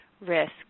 risk